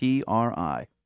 PRI